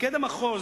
מפקד המחוז,